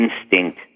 instinct